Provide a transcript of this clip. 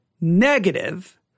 negative